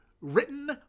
written